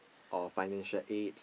or financial aids